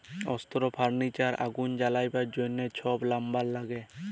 অস্ত্র, ফার্লিচার, আগুল জ্বালাবার জ্যনহ ছব লাম্বার ল্যাগে